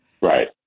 right